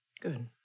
Good